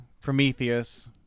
Prometheus